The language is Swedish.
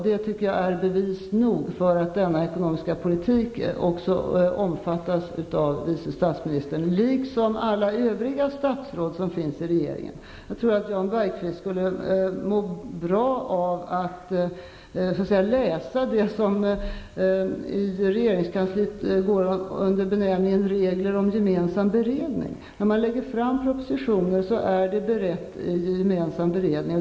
Det tycker jag är bevis nog för att denna ekonomiska politik också omfattas av vice statsministern liksom av alla övriga statsråd som finns i regeringen. Jag tror att Jan Bergqvist skulle må bra av att läsa det som i regeringskansliet går under benämningen regler om gemensam beredning. När man lägger fram propositioner har de varit föremål för gemensam beredning.